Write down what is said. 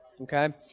okay